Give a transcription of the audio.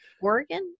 Oregon